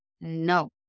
no